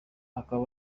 bakaba